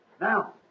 Now